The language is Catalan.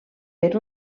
per